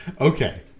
Okay